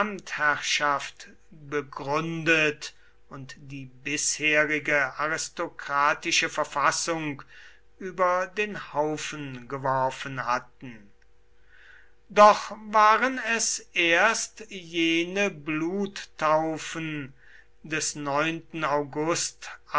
gesamtherrschaft begründet und die bisherige aristokratische verfassung über den haufen geworfen hatten doch waren es erst jene bluttaufen des august